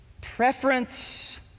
preference